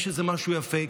יש איזה משהו יפה,